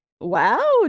Wow